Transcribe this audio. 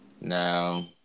No